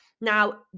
Now